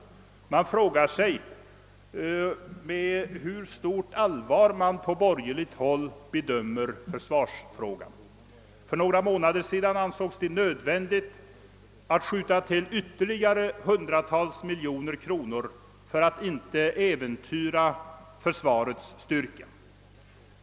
Jag frågar mig med hur stort allvar man på borgerligt håll bedömer försvarsfrågan. För några månader sedan ansågs det nödvändigt att skjuta till ytterligare hundratals miljoner kronor för att inte äventyra försvarets styrka.